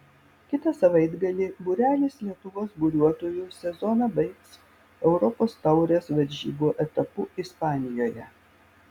kitą savaitgalį būrelis lietuvos buriuotojų sezoną baigs europos taurės varžybų etapu ispanijoje